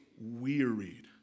wearied